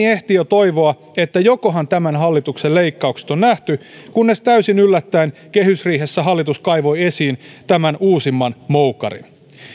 ehti jo toivoa että jokohan tämän hallituksen leikkaukset on nähty kunnes täysin yllättäen kehysriihessä hallitus kaivoi esiin tämän uusimman moukarin